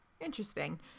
Interesting